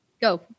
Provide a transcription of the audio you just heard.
Go